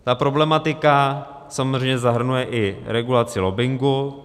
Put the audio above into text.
Ta problematika samozřejmě zahrnuje i regulaci lobbingu.